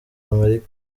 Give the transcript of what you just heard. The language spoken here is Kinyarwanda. amerika